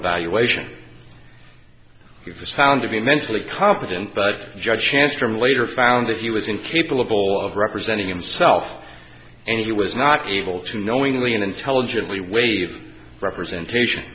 evaluation if found to be mentally competent but judge chance from later found that he was incapable of representing himself and he was not able to knowingly and intelligent we waive representation